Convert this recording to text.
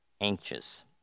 anxious